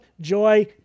joy